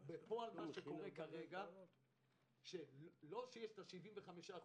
בפועל כרגע לא שיש ה-75%,